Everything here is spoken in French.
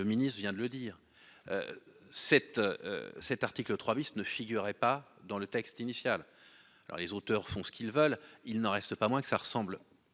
le ministre vient de le dire. Cet. Cet article 3 bis ne figurait pas dans le texte initial. Alors les auteurs font ce qu'ils veulent. Il n'en reste pas moins que ça ressemble